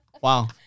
Wow